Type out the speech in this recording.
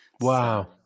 Wow